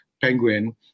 Penguin